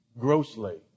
grossly